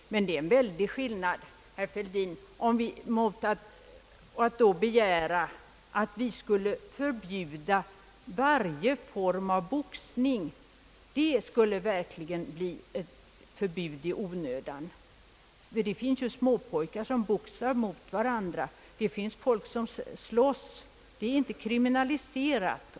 Det är en mycket stor skillnad, herr Fälldin, mot att begära att vi skulle förbjuda varje form av boxning. Det skulle verkligen bli ett förbud i onödan. Det finns ju småpojkar som boxas med varandra, och det finns folk som slåss. Varje slagsmål är inte kriminaliserat.